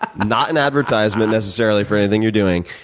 ah not an advertisement, necessarily, for anything you're doing,